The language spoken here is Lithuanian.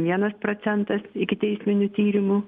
vienas procentas ikiteisminių tyrimų